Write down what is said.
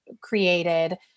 created